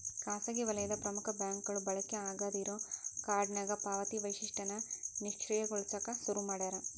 ಖಾಸಗಿ ವಲಯದ ಪ್ರಮುಖ ಬ್ಯಾಂಕ್ಗಳು ಬಳಕೆ ಆಗಾದ್ ಇರೋ ಕಾರ್ಡ್ನ್ಯಾಗ ಪಾವತಿ ವೈಶಿಷ್ಟ್ಯನ ನಿಷ್ಕ್ರಿಯಗೊಳಸಕ ಶುರು ಮಾಡ್ಯಾರ